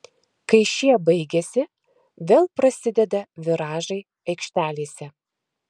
kai šie baigiasi vėl prasideda viražai aikštelėse